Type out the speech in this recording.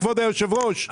כבוד היושב-ראש,